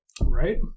Right